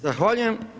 Zahvaljujem.